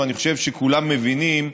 ואני חושב שכולם מבינים,